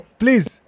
please